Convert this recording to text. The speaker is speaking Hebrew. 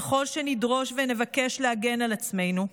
ככל שנדרוש ונבקש להגן על עצמנו,